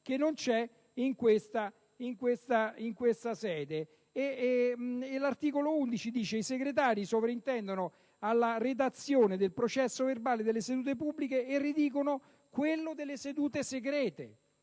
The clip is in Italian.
assente in questa sede. L'articolo 11 del Regolamento recita: «I Segretari sovrintendono alla redazione del processo verbale delle sedute pubbliche e redigono quello delle sedute segrete»